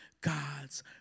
God's